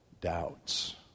doubts